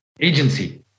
agency